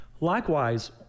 Likewise